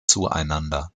zueinander